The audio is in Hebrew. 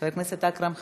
חבר הכנסת אכרם חסון,